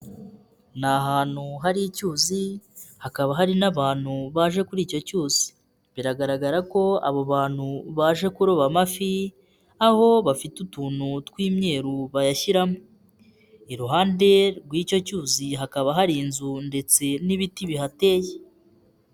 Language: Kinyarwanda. Ni ahantutu hari icyuzi hakaba hari n'abantu baje kuri icyo cyuzi. Biragaragara ko abo bantu baje kuroba amafi aho bafite utuntu tw'imyeru bayashyiramo. Iruhande rw'icyo cyuzi hakaba hari inzu ndetse n'ibiti bihateye.